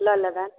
लऽ लेबै